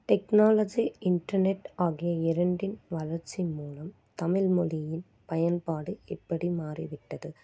technology internet ஆகிய இரண்டின் வளர்ச்சி மூலம் தமிழ்மொழியின் பயன்பாடு எப்படி மாறிவிட்டது